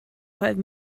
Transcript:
five